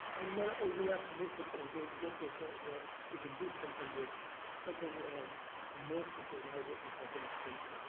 i'm not overly optimistic that we're going to get to a point where we can do something with something as amorphous as eyewitness identification.